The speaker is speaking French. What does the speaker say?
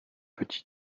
petits